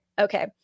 Okay